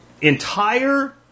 entire